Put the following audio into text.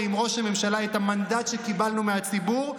על מה אתה מדבר?